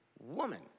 woman